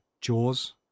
Jaws